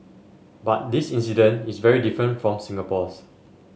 but this incident is very different from Singapore's